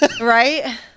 Right